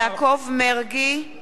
(קוראת בשמות חברי הכנסת) יעקב מרגי,